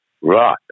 Right